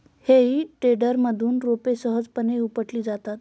हेई टेडरमधून रोपे सहजपणे उपटली जातात